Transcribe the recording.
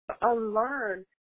unlearn